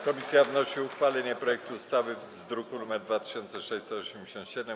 Komisja wnosi o uchwalenie projektu ustawy z druku nr 2687.